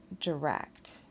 direct